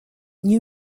new